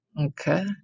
Okay